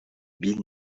bill